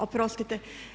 Oprostite.